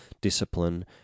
discipline